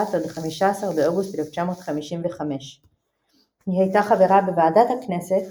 - 15 באוגוסט 1955. היא הייתה חברה בוועדת הכנסת,